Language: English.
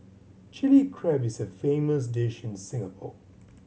Chilli Crab is a famous dish in Singapore